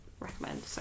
Recommend